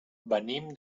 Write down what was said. venim